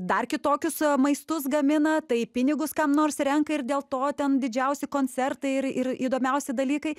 dar kitokius maistus gamina tai pinigus kam nors renka ir dėl to ten didžiausi koncertai ir ir įdomiausi dalykai